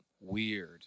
Weird